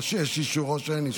או שיש אישור או שאין אישור.